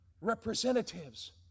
representatives